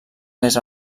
més